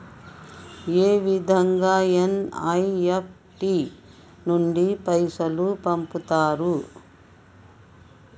ఏ విధంగా ఎన్.ఇ.ఎఫ్.టి నుండి పైసలు పంపుతరు?